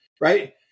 right